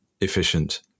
efficient